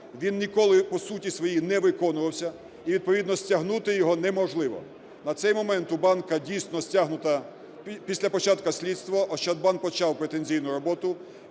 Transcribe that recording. він ніколи, по суті своїй, не виконувався, і відповідно, стягнути його неможливо. На цей момент у банка дійсно стягнуто… Після початку слідства "Ощадбанк" почав претензійну роботу